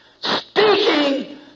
speaking